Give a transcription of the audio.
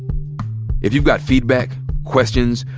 if you've got feedback, questions,